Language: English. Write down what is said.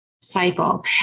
cycle